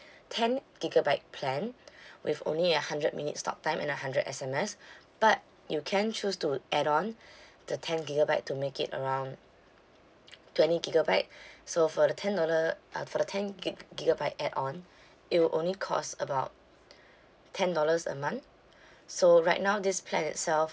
ten gigabyte plan with only a hundred minutes talk time and a hundred S_M_S but you can choose to add on the ten gigabyte to make it around twenty gigabyte so for the ten dollars uh for the ten giga~ gigabyte add-on it will only cost about ten dollars a month so right now this plan itself